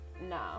No